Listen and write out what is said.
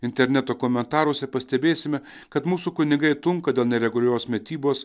interneto komentaruose pastebėsime kad mūsų kunigai tunka dėl nereguliarios mitybos